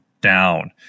down